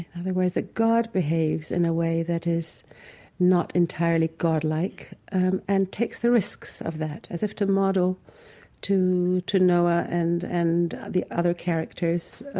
in other words, that god behaves in a way that is not entirely godlike and takes the risks of that, as if to model to to noah and and the other characters